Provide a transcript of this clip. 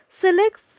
select